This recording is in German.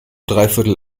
dreiviertel